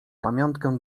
pamiątkę